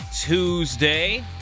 Tuesday